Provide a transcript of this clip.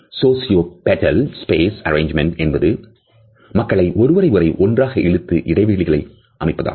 sociopetal space arrangementsஎன்பது மக்களை ஒருவர் ஒருவர் ஒன்றாக இழுத்து இடைவெளி அமைப்பதாகும்